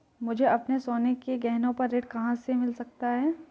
मुझे अपने सोने के गहनों पर ऋण कहाँ से मिल सकता है?